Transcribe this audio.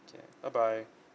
okay bye bye